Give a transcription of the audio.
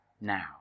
Now